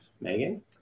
Megan